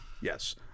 Yes